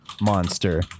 monster